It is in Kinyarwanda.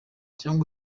cyangwa